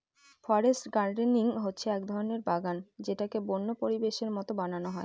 forest gardening হচ্ছে এক রকমের বাগান যেটাকে বন্য পরিবেশের মতো বানানো হয়